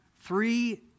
three